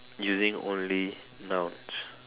using only nouns